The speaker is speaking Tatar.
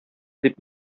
дип